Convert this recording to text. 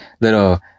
little